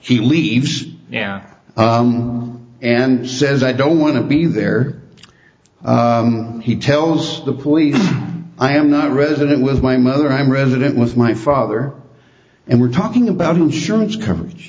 up he leaves yeah and says i don't want to be there he tells the police i am not resident with my mother i'm resident with my father and we're talking about insurance coverage